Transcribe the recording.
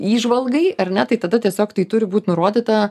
įžvalgai ar ne tai tada tiesiog tai turi būt nurodyta